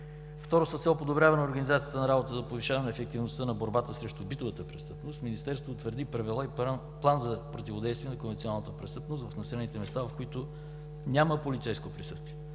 Второ, с цел подобряване на организацията на работата за повишаване ефективността в борбата срещу битовата престъпност, Министерството утвърди правила и план за противодействие на конвенционалната престъпност в населените места, в които няма полицейско присъствие.